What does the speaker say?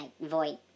void